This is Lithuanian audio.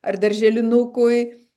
ar darželinukui